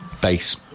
base